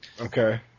Okay